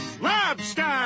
lobster